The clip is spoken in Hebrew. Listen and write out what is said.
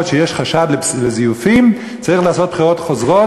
שיש חשד לזיופים צריך לעשות בחירות חוזרות,